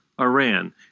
Iran